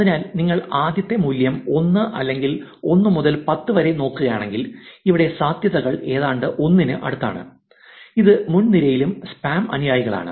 അതിനാൽ നിങ്ങൾ ആദ്യത്തെ മൂല്യം 1 അല്ലെങ്കിൽ 1 മുതൽ 10 വരെ നോക്കുകയാണെങ്കിൽ ഇവിടെ സാധ്യതകൾ ഏതാണ്ട് 1 ന് അടുത്താണ് ഇത് മുൻനിരയിലുള്ള സ്പാം അനുയായികളാണ്